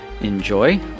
enjoy